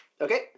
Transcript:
Okay